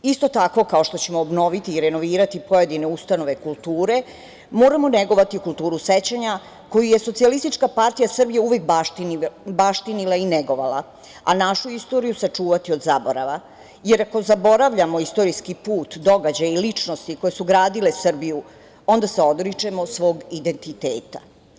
Isto tako kao što ćemo obnoviti i renovirati pojedine ustanove kulture, moramo negovati kulturu sećanja koji je SPS uvek baštinila i negovala, a našu istoriju sačuvati od zaborava, jer ako zaboravljamo istorijski put, događaj i ličnosti koje su gradile Srbiju, onda se odričemo svog identiteta.